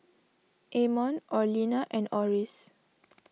Amon Orlena and Oris